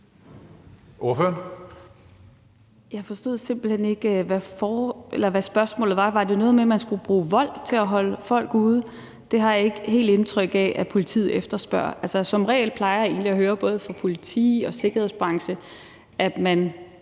(RV): Jeg forstod simpelt hen ikke, hvad spørgsmålet var. Var det noget med, at man skulle bruge vold til at holde folk ude? Det har jeg ikke helt indtryk af politiet efterspørger. Altså, som regel plejer jeg egentlig at høre både fra politi og sikkerhedsbranche, at man